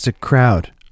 crowd